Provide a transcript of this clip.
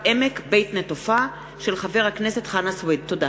בהצעתו של חבר הכנסת חנא סוייד בנושא: